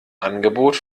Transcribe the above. angebot